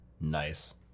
Nice